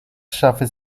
szafy